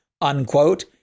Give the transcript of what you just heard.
unquote